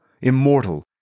Immortal